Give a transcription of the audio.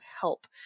help